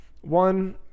One